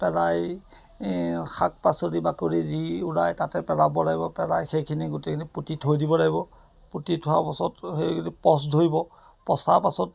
পেলাই শাক পাচলি বাকলি যি ওলাই তাতে পেলাব লাগিব পেলাই সেইখিনি গোটেইখিনি পুতি থৈ দিব লাগিব পুতি থোৱাৰ পাছত সেইখিনি পচ ধৰিব পচাৰ পাছত